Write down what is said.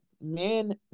men